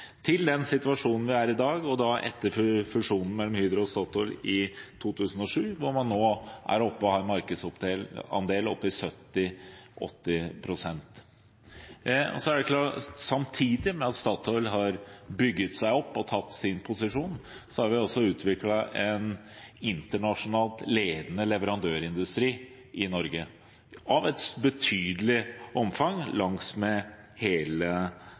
til den situasjonen vi er i i dag, etter fusjonen mellom Hydro og Statoil i 2007, hvor man er oppe i en markedsandel på 70–80 pst. Samtidig med at Statoil har bygget seg opp og tatt sin posisjon, har vi også utviklet en internasjonalt ledende leverandørindustri i Norge, av et betydelig omfang langs hele